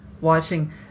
watching